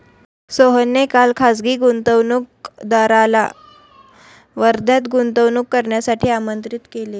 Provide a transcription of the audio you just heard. सोहनने काल खासगी गुंतवणूकदाराला वर्ध्यात गुंतवणूक करण्यासाठी आमंत्रित केले